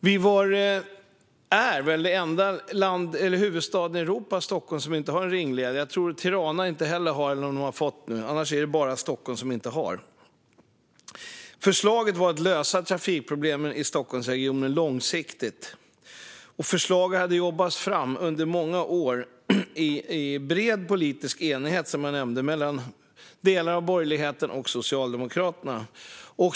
Stockholm är väl den enda huvudstaden i Europa som inte har en ringled. Jag tror att Tirana har fått en nu; i så fall är det bara Stockholm som inte har en. Förslaget var att lösa ett trafikproblem i Stockholmsregionen långsiktigt. Det hade jobbats fram under många år - i bred politisk enighet, som jag nämnde, mellan delar av borgerligheten och Socialdemokraterna.